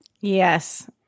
Yes